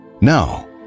Now